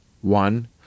one